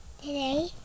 Today